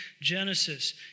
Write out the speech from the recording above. Genesis